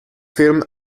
film